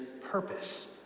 purpose